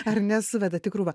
ar ne suvedat į krūva